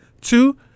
Two